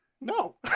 No